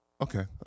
Okay